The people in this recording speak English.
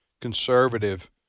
conservative